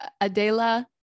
Adela